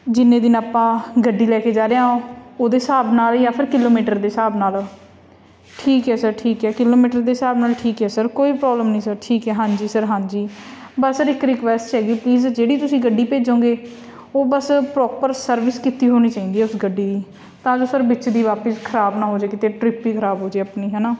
ਜਿੰਨੇ ਦਿਨ ਆਪਾਂ ਗੱਡੀ ਲੈ ਕੇ ਜਾ ਰਹੇ ਹਾਂ ਉਹਦੇ ਹਿਸਾਬ ਨਾਲ ਜਾਂ ਫਿਰ ਕਿਲੋਮੀਟਰ ਦੇ ਹਿਸਾਬ ਨਾਲ ਠੀਕ ਹੈ ਸਰ ਠੀਕ ਹੈ ਕਿਲੋਮੀਟਰ ਦੇ ਹਿਸਾਬ ਨਾਲ ਠੀਕ ਹੈ ਸਰ ਕੋਈ ਪ੍ਰੋਬਲਮ ਨਹੀਂ ਸਰ ਠੀਕ ਹੈ ਹਾਂਜੀ ਸਰ ਹਾਂਜੀ ਬਸ ਸਰ ਇੱਕ ਰਿਕੁਐਸਟ ਹੈਗੀ ਪਲੀਜ਼ ਜਿਹੜੀ ਤੁਸੀਂ ਗੱਡੀ ਭੇਜੋਂਗੇ ਉਹ ਬਸ ਪ੍ਰੋਪਰ ਸਰਵਿਸ ਕੀਤੀ ਹੋਣੀ ਚਾਹੀਦੀ ਹੈ ਉਸ ਗੱਡੀ ਦੀ ਤਾਂ ਜੋ ਸਰ ਵਿੱਚ ਦੀ ਵਾਪਿਸ ਖਰਾਬ ਨਾ ਹੋ ਜਾਵੇ ਕਿਤੇ ਟਰਿੱਪ ਹੀ ਖਰਾਬ ਹੋ ਜਾਵੇ ਆਪਣੀ ਹੈ ਨਾ